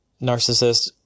narcissist